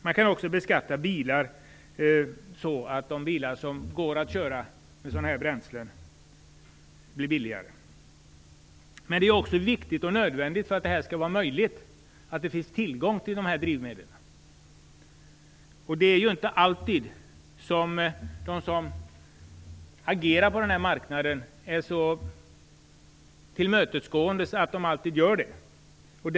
Man kan också beskatta bilar, så att de bilar som går att köra med sådana här bränslen blir billigare. Men det är viktigt och nödvändigt, för att detta skall vara möjligt, att det finns tillgång till dessa drivmedel. Det är inte så att de som agerar på den här marknaden är så tillmötesgående att de ser till att det alltid finns en sådan tillgång.